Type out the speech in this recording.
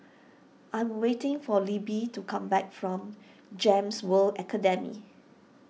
I'm waiting for Libbie to come back from Gems World Academy